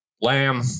lamb